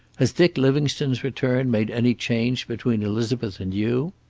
has dick livingstone's return made any change between elizabeth and you?